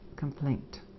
complaint